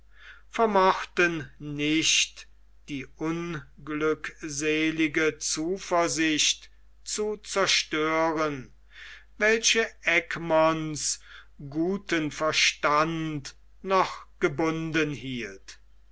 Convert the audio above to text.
vermochten nicht die unglückselige zuversicht zu zerstören welche egmonts guten verstand noch gebunden hielt